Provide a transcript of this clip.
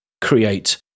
create